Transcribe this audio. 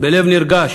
בלב נרגש,